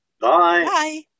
Bye